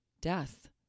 death